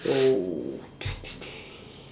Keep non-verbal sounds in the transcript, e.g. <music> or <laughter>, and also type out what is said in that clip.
so <noise>